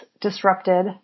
disrupted